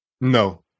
No